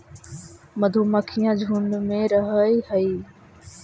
मधुमक्खियां झुंड में रहअ हई